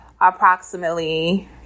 approximately